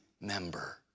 member